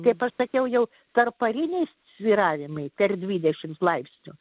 kaip aš sakiau jau tarppariniai svyravimai per dvidešimt laipsnių